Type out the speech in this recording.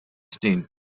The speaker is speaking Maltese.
snin